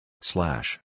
Slash